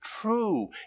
true